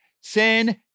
Sin